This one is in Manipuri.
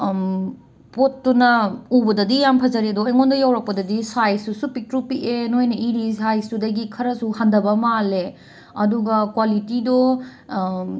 ꯄꯣꯠꯇꯨꯅ ꯎꯕꯗꯗꯤ ꯌꯥꯝ ꯐꯖꯔꯦ ꯑꯗꯣ ꯑꯩꯉꯣꯟꯗ ꯌꯧꯔꯛꯄꯗꯗꯤ ꯁꯥꯏꯁꯇꯨꯁꯨ ꯄꯤꯛꯇ꯭ꯔꯨ ꯄꯤꯛꯑꯦ ꯅꯣꯏꯅ ꯏꯔꯤꯕ ꯁꯥꯏꯁꯇꯨꯗꯒꯤ ꯈꯔꯁꯨ ꯍꯟꯊꯕ ꯃꯥꯜꯂꯦ ꯑꯗꯨꯒ ꯀ꯭ꯋꯥꯂꯤꯇꯤꯗꯣ